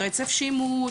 רצף שימוש,